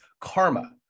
karma